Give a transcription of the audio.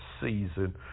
season